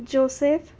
joseph